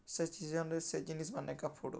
ସେ ସିଜନ୍ନେ ସେ ଜିନିଷ୍ମାନେ ଏକା ଫୁଟ୍ବା